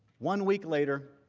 one week later,